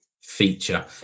feature